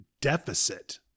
deficit